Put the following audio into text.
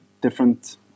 different